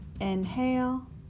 inhale